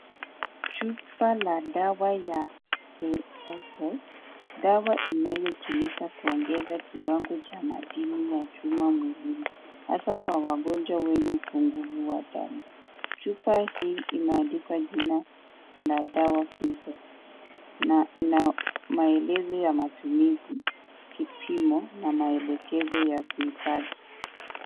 Chupa la dawa ya Feosol. Dawa inayotumika kuongeza kiwango cha madini ya chuma mwilini, hasa kwa wagonjwa wenye upungufu wa damu. Chupa hii imeandikwa jina la dawa Feosol na ina maelezo ya matumizi, kipimo na maelekezo ya kuipaki.